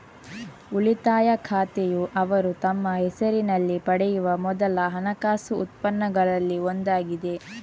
ಉಳಿತಾಯ ಖಾತೆಯುಅವರು ತಮ್ಮ ಹೆಸರಿನಲ್ಲಿ ಪಡೆಯುವ ಮೊದಲ ಹಣಕಾಸು ಉತ್ಪನ್ನಗಳಲ್ಲಿ ಒಂದಾಗಿದೆ